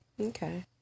Okay